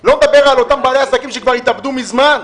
אני לא מדבר על אותם בעלי עסקים שכבר התאבדו מזמן,